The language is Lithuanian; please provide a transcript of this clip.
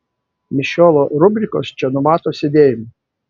mišiolo rubrikos čia numato sėdėjimą